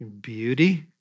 beauty